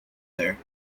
there